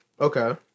Okay